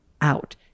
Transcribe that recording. out